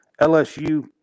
LSU